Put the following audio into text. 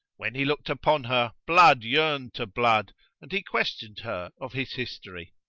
when he looked upon her, blood yearned to blood and he questioned her of his history.